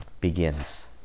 begins